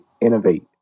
INNOVATE